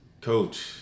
Coach